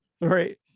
Right